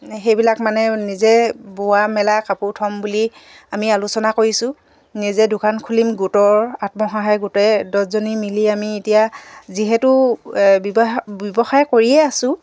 সেইবিলাক মানে নিজে বোৱা মেলা কাপোৰ থ'ম বুলি আমি আলোচনা কৰিছোঁ নিজে দোকান খুলিম গোটৰ আত্মসহায়ক গোটেই দহজনী মিলি আমি এতিয়া যিহেতু ব্যৱসায় ব্যৱসায় কৰিয়ে আছো